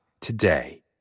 today